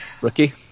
Rookie